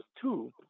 two